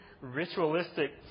ritualistic